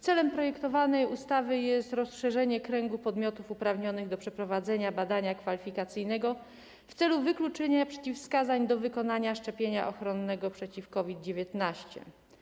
Celem projektowanej ustawy jest rozszerzenie kręgu podmiotów uprawnionych do przeprowadzania badania kwalifikacyjnego w celu wykluczenia przeciwwskazań do wykonania szczepienia ochronnego przeciw COVID-19.